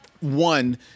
one